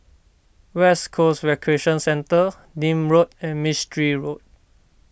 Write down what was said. West Coast Recreation Centre Nim Road and Mistri Road